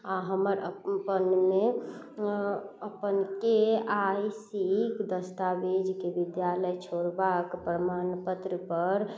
आओर हमर अपन ए आई सी के दस्तावेज जे विद्यालय छोड़बाक प्रमाण पत्रपर